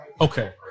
okay